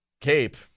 Cape